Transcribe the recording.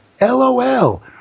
LOL